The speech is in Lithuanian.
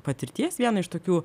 patirties vieną iš tokių